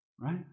Right